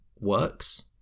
works